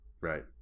right